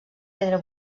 pedra